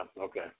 okay